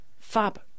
Fab